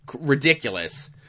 ridiculous